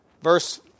Verse